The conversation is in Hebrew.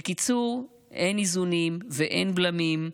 בקיצור, אין איזונים ואין בלמים,